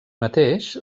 mateix